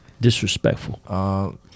Disrespectful